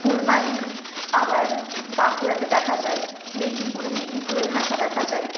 কুড়মালি আবার বাঁকুড়াতে দেখা যায় মেদিনীপুরে মেদিনীপুরের ভাষা দেখা যায়